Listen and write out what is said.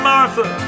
Martha